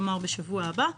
כלומר בשבוע הבא.